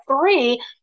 three